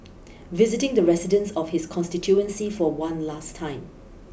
visiting the residents of his constituency for one last time